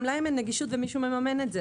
גם להם אין נגישות ומישהו מממן את זה.